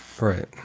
Right